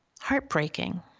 heartbreaking